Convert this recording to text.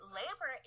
labor